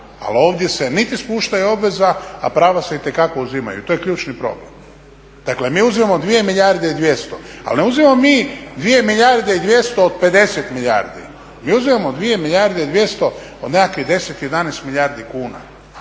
ali ovdje se niti spušta obveza a prava se itekako uzimaju. I to je ključni problem. Dakle, mi uzimamo 2 milijarde i 200, ali ne uzimamo mi 2 milijarde i 200 od 50 milijardi, mi uzimamo 2 milijarde i 200 od nekakvih 10, 11 milijardi kuna,